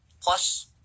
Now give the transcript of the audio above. plus